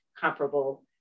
comparable